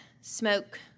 smoke